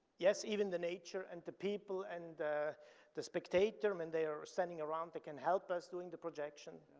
yes, even the nature and the people and the the spectator um and they are sending around that can help us doing the projection.